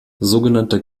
sogenannter